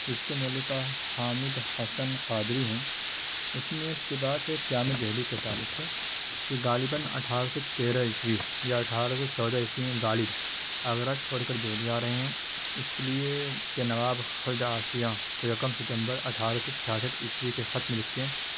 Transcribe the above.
جس کے مؤلفہ حامد حسن قادری ہیں اس میں اقتباس ہے قیامِ دہلی کے تعلق سے کہ غالباً اٹھارہ سو تیرہ عیسوی یا اٹھارہ سو چودہ عیسوی میں غالب آگرہ چھوڑ کر دہلی آ رہے ہیں اس لیے کہ نواب خلد آشیاں کو یکم ستمبر اٹھارہ سو چھیاسٹھ عیسوی کے خط میں لکھتے ہیں